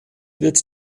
wird